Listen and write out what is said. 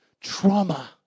trauma